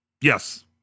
Yes